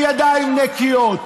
עם ידיים נקיות.